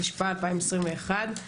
התשפ"א-2021,